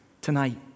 tonight